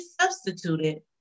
substituted